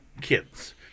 kids